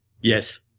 yes